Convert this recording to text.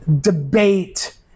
debate